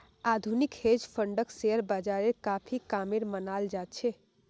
आधुनिक हेज फंडक शेयर बाजारेर काफी कामेर मनाल जा छे